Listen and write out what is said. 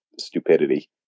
stupidity